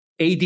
AD